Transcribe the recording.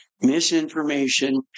misinformation